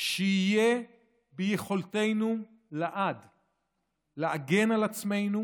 שיהיה ביכולתנו להגן על עצמנו